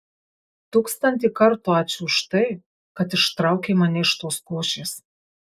tūkstantį kartų ačiū už tai kad ištraukei mane iš tos košės